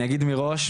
אני אגיד מראש,